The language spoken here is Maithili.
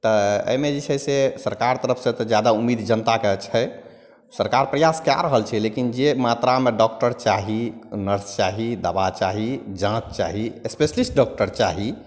तऽ एहिमे जे छै से सरकार तरफसे से जादा उम्मीद जनताकेँ छै सरकार प्रयास कै रहल छै लेकिन जे मात्रामे डॉकटर चाही नर्स चाही दवा चाही जाँच चाही स्पेशलिस्ट डॉकटर चाही